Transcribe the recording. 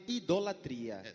idolatria